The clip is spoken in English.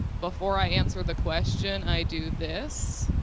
before i answer the question i do this.